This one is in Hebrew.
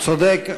צודק.